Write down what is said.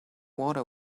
water